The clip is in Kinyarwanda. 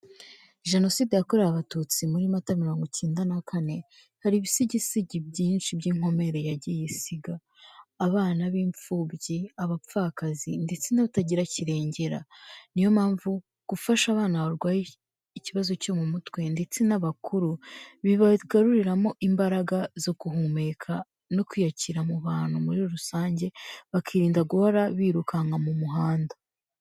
Jenoside yakorewe abatutsi muri Mata mirongo icyenda na kane hari ibisigisigi byinshi by'inkomere yagiye isiga: abana b'imfubyi, abapfakazi ndetse n'abatagira kirengera, niyo mpamvu gufasha abana barwaye ikibazo cyo mu mutwe ndetse n'abakuru bibagaruriramo imbaraga zo guhumeka no kwiyakira mu bantu muri rusange bakirinda guhora birukanka mu muhanda.